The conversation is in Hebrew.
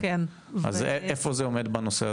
אז איפה זה עומד בנושא הזה?